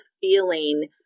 feeling